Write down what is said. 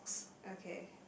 okay